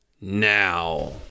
now